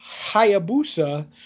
Hayabusa